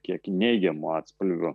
kiek neigiamu atspalviu